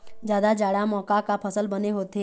जादा जाड़ा म का का फसल बने होथे?